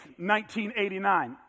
1989